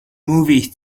movie